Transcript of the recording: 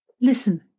Listen